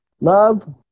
Love